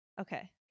Okay